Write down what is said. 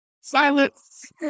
Silence